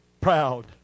proud